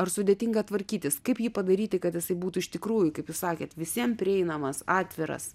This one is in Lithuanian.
ar sudėtinga tvarkytis kaip jį padaryti kad jisai būtų iš tikrųjų kaip jūs sakėte visiem prieinamas atviras